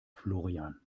florian